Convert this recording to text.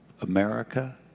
America